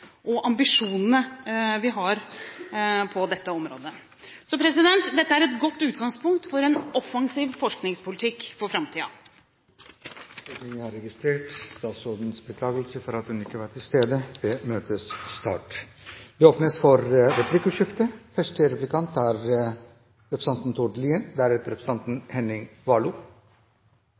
og ambisjonene vi har på dette området. Dette er et godt utgangspunkt for en offensiv forskningspolitikk for framtiden. Stortinget har registrert statsrådens beklagelse for at hun ikke var til stede ved møtets start. Det blir replikkordskifte. Med de gode ordene om EUs Horizon 2020 kunne jeg jo ha spurt om hvorfor dette er